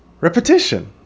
Repetition